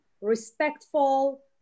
respectful